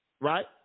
right